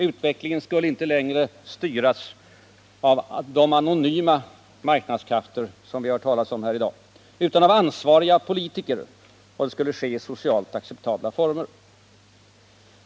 Utvecklingen skulle inte längre styras av de ”anonyma marknadskrafter” som det har talats om här i dag utan av ansvariga politiker, och det skulle ske i socialt acceptabla former.